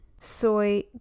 soy